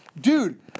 Dude